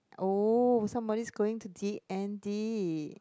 oh somebody's going to D and D